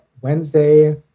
Wednesday